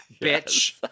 bitch